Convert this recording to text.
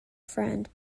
friend